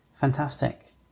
Fantastic